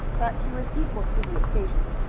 but he was equal to the occasion.